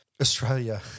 Australia